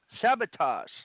Sabotage